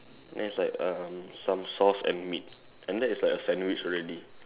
then it's like um some sauce and meat and that is like a sandwich already